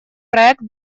проект